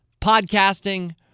podcasting